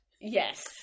yes